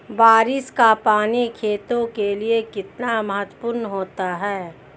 बारिश का पानी खेतों के लिये कितना महत्वपूर्ण होता है?